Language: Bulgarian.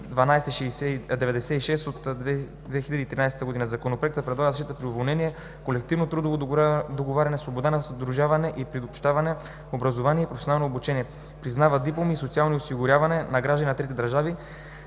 1296/2013. Законопроектът предлага защита при уволнение, колективно трудово договаряне, свобода на сдружаване и приобщаване, образование и професионално обучение. Признава дипломи и социално осигуряване за граждани на трети държави.